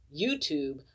YouTube